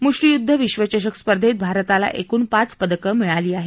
मुष्टियुद्ध विश्वचषक स्पर्धेत भारताला एकूण पाच पदकं मिळाली आहेत